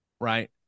right